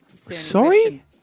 Sorry